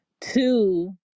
Two